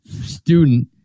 student